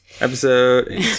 Episode